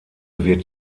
wird